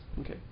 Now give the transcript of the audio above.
Okay